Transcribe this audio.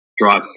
Drive